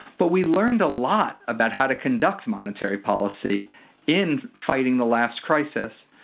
but we learned a lot about how to conduct monetary policy in fighting the last crisis.